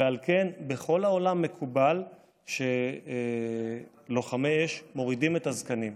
ועל כן בכל העולם מקובל שלוחמי אש מורידים את הזקנים.